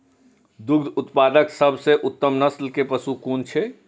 दुग्ध उत्पादक सबसे उत्तम नस्ल के पशु कुन छै?